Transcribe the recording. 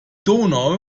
donau